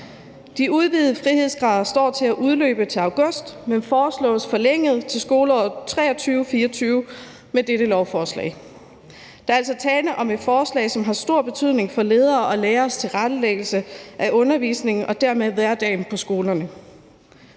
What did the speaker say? De udvidede frihedsgrader står til at udløbe til august, men foreslås forlænget til skoleåret 2023/24 med dette lovforslag. Der er altså tale om et forslag, som har stor betydning for ledere og læreres tilrettelæggelse af undervisningen og dermed hverdagen på skolerne.